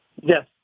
Yes